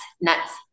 nuts